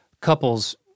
couples